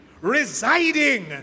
residing